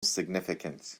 significance